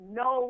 no